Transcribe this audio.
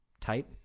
type